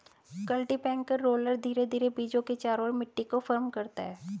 cultipacker roller धीरे धीरे बीजों के चारों ओर मिट्टी को फर्म करता है